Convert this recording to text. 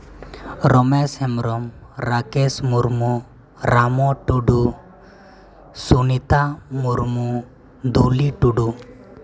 Ramesh Hembrom Rakesh Murmu Ramo Tudu Sunita Murmu Duli Tudu